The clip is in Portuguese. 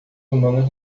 humanos